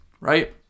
right